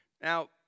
Now